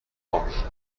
orge